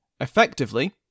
Effectively